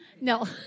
No